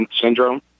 syndrome